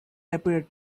appeared